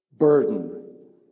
burden